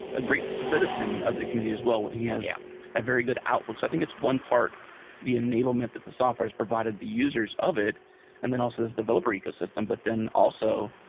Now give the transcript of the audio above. a great citizen of the community as well. he has yeah a very good outlook. i think it's one part the enablement that the software has provided the users of it and then also this developer ecosystem. but then also,